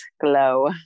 glow